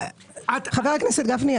חבר הכנסת גפני,